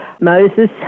Moses